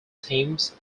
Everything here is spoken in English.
teams